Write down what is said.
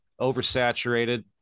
oversaturated